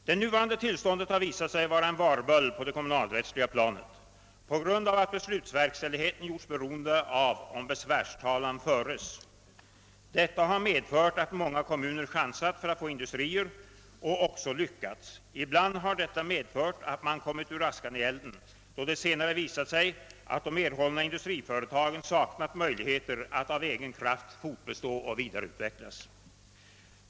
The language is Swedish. Det nuvarande tillståndet har visat sig vara en varböld på det kommunalrättsliga planet på grund av att beslutsverkställigheten gjorts beroende av om besvärstalan föres. Detta har medfört att många kommuner har chansat för att få industrier och även lyckats med det. Ibland har det emellertid hänt att man då har kommit ur askan i elden, eftersom det senare har visat sig att dessa industriföretag saknat möjlighe ter att av egen kraft fortbestå och vidareutvecklas.